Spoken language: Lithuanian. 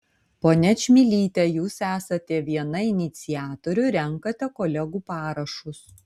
ponia čmilyte jūs esate viena iniciatorių renkate kolegų parašus